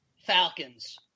Falcons